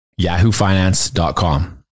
yahoofinance.com